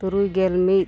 ᱛᱩᱨᱩᱭ ᱜᱮᱞ ᱢᱤᱫ